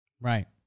right